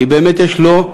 כי באמת יש לו,